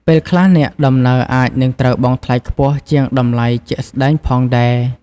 ពេលខ្លះអ្នកដំណើរអាចនឹងត្រូវបង់ថ្លៃខ្ពស់ជាងតម្លៃជាក់ស្តែងផងដែរ។